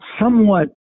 somewhat